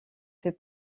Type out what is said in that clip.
fait